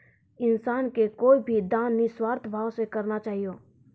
इंसान के कोय भी दान निस्वार्थ भाव से करना चाहियो